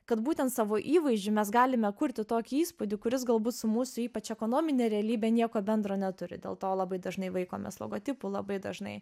kad būtent savo įvaizdžiu mes galime kurti tokį įspūdį kuris galbūt su mūsų ypač ekonomine realybe nieko bendro neturi dėl to labai dažnai vaikomės logotipų labai dažnai